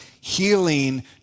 healing